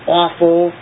awful